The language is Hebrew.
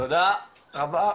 תודה רבה.